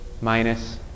minus